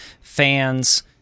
fans